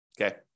Okay